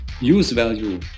use-value